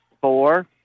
four